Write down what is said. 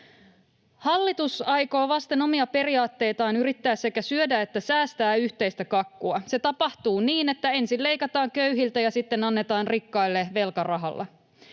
Hallitus aikoo vasten omia periaatteitaan yrittää sekä syödä että säästää yhteistä kakkua. Se tapahtuu niin, että ensin leikataan köyhiltä ja sitten annetaan rikkaille velkarahalla.